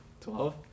Twelve